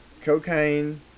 Cocaine